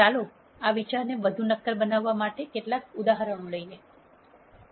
ચાલો આ વિચારોને વધુ નક્કર બનાવવા માટે કેટલાક ઉદાહરણો લઈએ